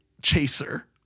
Chaser